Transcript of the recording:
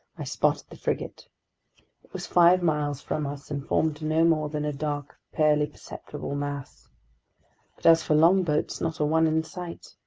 i spotted the frigate. it was five miles from us and formed no more than a dark, barely perceptible mass. but as for longboats, not a one in sight!